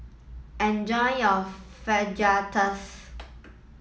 enjoy your Fajitas